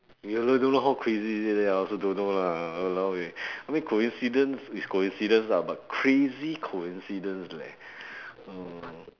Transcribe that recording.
you also don't know how crazy is it I also don't know lah !walao! eh I mean coincidence is coincidence lah but crazy coincidence leh uh